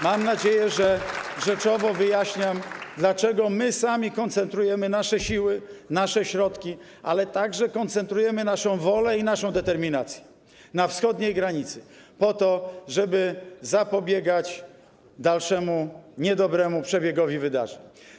Mam nadzieję, że rzeczowo wyjaśniam, dlaczego my sami koncentrujemy nasze siły, nasze środki, także koncentrujemy naszą wolę i naszą determinację na wschodniej granicy, żeby zapobiegać dalszemu niedobremu przebiegowi wydarzeń.